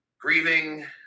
grieving